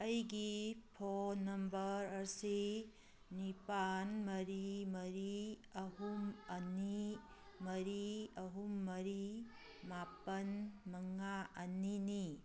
ꯑꯩꯒꯤ phone number ꯑꯁꯤ ꯅꯤꯄꯥꯜ ꯃꯔꯤ ꯃꯔꯤ ꯑꯍꯨꯝ ꯑꯅꯤ ꯃꯔꯤ ꯑꯍꯨꯝ ꯃꯔꯤ ꯃꯥꯄꯜ ꯃꯉꯥ ꯑꯅꯤꯅꯤ